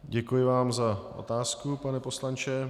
Děkuji vám za otázku, pane poslanče.